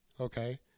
okay